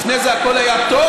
לפני זה הכול היה טוב?